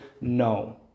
no